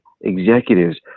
executives